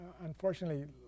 unfortunately